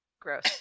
Gross